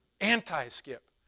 Anti-skip